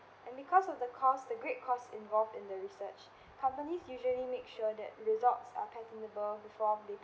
and because of the cost the great cost involved in the research companies usually make sure that results are profitable before they